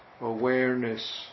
awareness